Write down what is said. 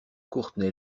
courtney